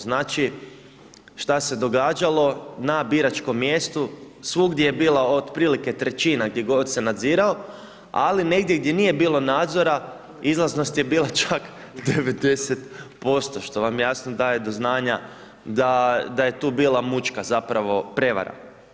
Znači šta se događalo, na biračkom mjestu svugdje je bila otprilike trećina, gdje god se nadzirao, ali negdje gdje nije bilo nadzora izlaznost je bila čak 90% što vam jasno daje do znanja da je tu bila mučka zapravo prevara.